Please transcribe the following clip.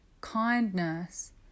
kindness